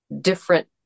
different